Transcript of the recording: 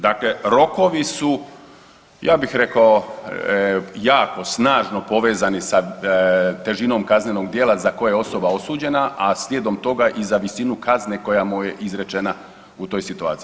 Dakle, rokovi su ja bih rekao jako snažno povezani sa težinom kaznenog djela za koje je osoba osuđena, a slijedom toga i za visinu kazne koja mu je izrečena u toj situaciji.